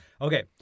okay